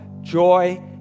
joy